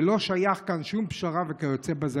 ולא שייך כאן שום פשרה וכיוצא בזה,